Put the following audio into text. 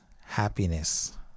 happiness